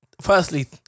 firstly